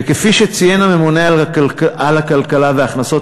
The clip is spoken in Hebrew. וכפי שציין הממונה על כלכלה והכנסות